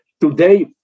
today